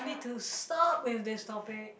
you need to stop with this topic